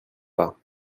pas